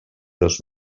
dos